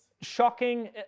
shocking